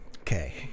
Okay